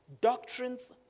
Doctrines